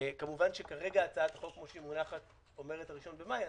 כמובן שכרגע הצעת החוק שמונחת אומרת: ראשון במאי.